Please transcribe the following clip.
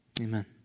Amen